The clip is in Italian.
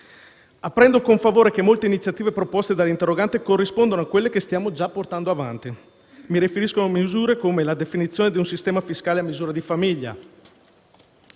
Apprendo con favore che molte iniziative proposte dall'interrogante corrispondono a quelle che stiamo già portando avanti: mi riferisco a misure come la definizione di un sistema fiscale a misura di famiglia;